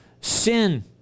sin